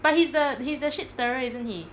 but he's the he's the shit stirrer isn't he